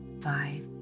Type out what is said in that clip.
five